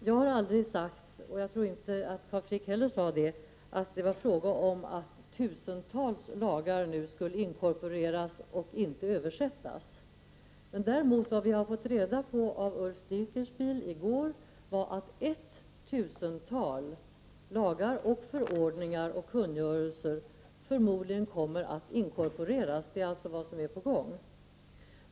Jag har aldrig sagt — jag tror inte heller att Carl Frick sade det — att det var fråga om att tusentals lagar nu skulle inkorporeras och inte översättas. Vad vi har fått reda på av Ulf Dinkelspiel i går är däremot att ett tusental lagar, förordningar och kungörelser förmodligen kommer att inkorporeras. Det är alltså vad som är på gång.